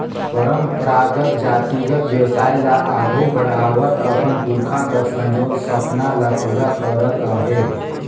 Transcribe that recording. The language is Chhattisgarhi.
परंपरागत जातिगत बेवसाय ल आघु बढ़ावत अपन पुरखा कर संजोल सपना ल पूरा करत अहे